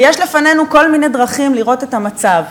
ויש לפנינו כל מיני דרכים לראות את המצב,